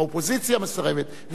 האופוזיציה מסרבת.